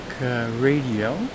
radio